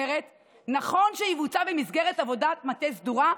אינה נוכחת אריה מכלוף דרעי,